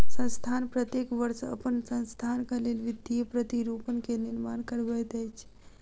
संस्थान प्रत्येक वर्ष अपन संस्थानक लेल वित्तीय प्रतिरूपण के निर्माण करबैत अछि